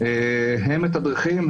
הם מתדרכים,